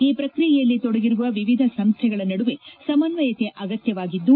ಈ ಪ್ರಕ್ರಿಯೆಯಲ್ಲಿ ತೊಡಗಿರುವ ವಿವಿಧ ಸಂಸ್ಥೆಗಳ ನಡುವೆ ಸಮನ್ನಯತೆ ಅಗತ್ಯವಾಗಿದ್ದು